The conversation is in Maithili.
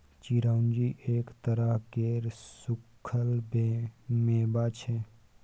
चिरौंजी एक तरह केर सुक्खल मेबा छै